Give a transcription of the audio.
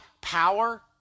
power